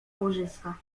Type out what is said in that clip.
łożyska